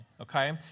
okay